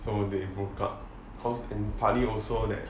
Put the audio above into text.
so they broke up so partly also that